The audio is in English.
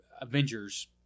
Avengers